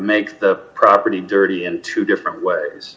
make the property dirty in two different ways